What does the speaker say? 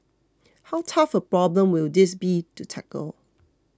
how tough a problem will this be to tackle